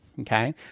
Okay